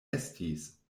estis